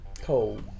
Cold